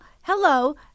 hello